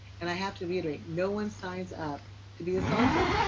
and i have to reiterate, no one signs up to be assaulted.